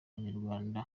abanyarwanda